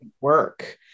work